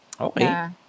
Okay